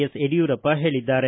S Yediyurappa ಹೇಳಿದ್ದಾರೆ